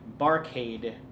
barcade